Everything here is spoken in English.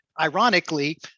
ironically